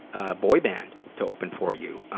a boy band to open for you.